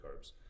carbs